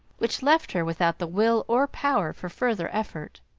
which left her without the will or power for further effort.